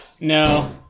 No